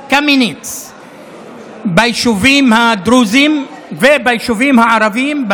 קמיניץ ביישובים הדרוזיים וביישובים הערביים,